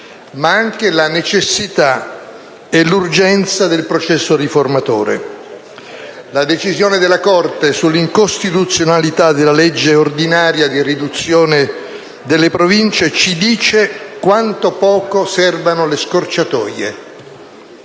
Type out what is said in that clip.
ma anche la necessità e l'urgenza del processo riformatore. La decisione della Corte costituzionale sull'incostituzionalità della legge ordinaria di riduzione delle Province ci dice quanto poco servano le scorciatoie.